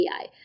AI